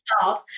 start